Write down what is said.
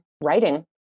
writing